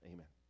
Amen